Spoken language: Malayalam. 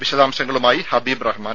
വിശദാശംങ്ങളുമായി ഹബീബ് റഹ്മാൻ